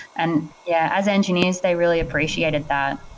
and yeah, as engineers, they really appreciated that.